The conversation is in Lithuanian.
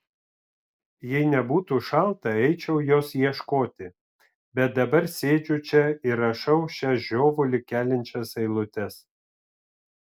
jei nebūtų šalta eičiau jos ieškoti bet dabar sėdžiu čia ir rašau šias žiovulį keliančias eilutes